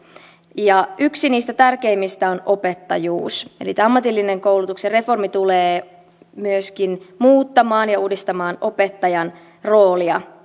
ja yksi niistä tärkeimmistä on opettajuus eli tämä ammatillisen koulutuksen reformi tulee muuttamaan ja uudistamaan myöskin opettajan roolia